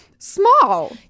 small